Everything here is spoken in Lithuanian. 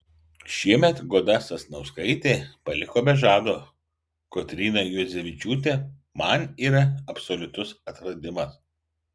šiemet goda sasnauskaitė paliko be žado kotryna juodzevičiūtė man yra absoliutus atradimas